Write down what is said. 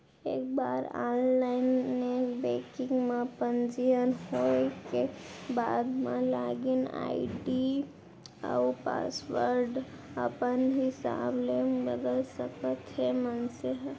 एक बार online net banking म पंजीयन होए के बाद म लागिन आईडी अउ पासवर्ड अपन हिसाब ले बदल सकत हे मनसे ह